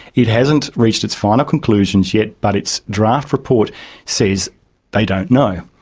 it hasn't reached its final conclusions yet, but its draft report says they don't know,